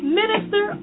minister